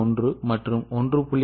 1 மற்றும் 1